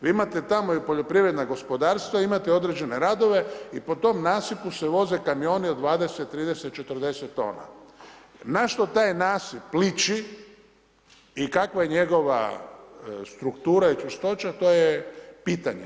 Vi imate tamo i poljoprivredna gospodarstva imate određene radove i po tom nasipu se voze kamioni od 20, 30, 40 t. Na što taj nasip liči i kakva je njegova struktura i čvrstoća, to je pitanje.